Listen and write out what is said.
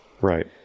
Right